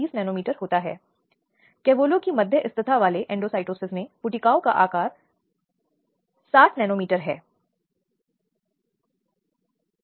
तो किसी अपराध के संबंध में कोई भी शिकायत एक पुलिस स्टेशन में की जानी चाहिए और फिर पुलिस को उस संबंध में और उसके बाद एक बार यदि कोई मामला बनता है तो उसे जांच करनी होगी